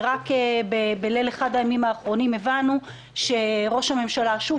ורק בליל אחד הימים האחרונים הבנו שראש הממשלה שוב